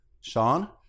Sean